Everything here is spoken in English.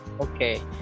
Okay